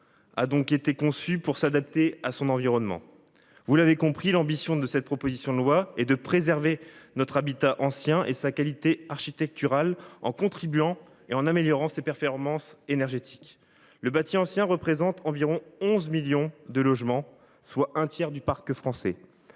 a été conçu pour s’adapter à son environnement. Vous l’aurez compris, l’ambition de cette proposition de loi est de préserver notre habitat ancien et sa qualité architecturale, en contribuant à améliorer ses performances énergétiques. Le bâti ancien représente environ 11 millions de logements, soit un tiers du parc français.